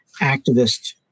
activist